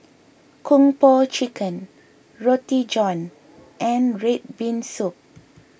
Kung Po Chicken Roti John and Red Bean Soup